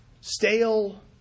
Stale